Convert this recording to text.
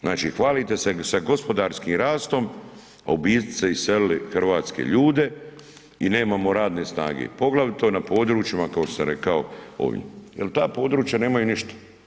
Znači hvalite se sa gospodarskim rastom, a u biti ste iselili hrvatske ljude i nemamo radne snage, poglavito na područjima kao što sam rekao, ovim jer ta područja nemaju ništa.